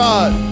God